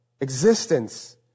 existence